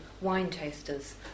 wine-tasters